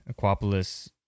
Aquapolis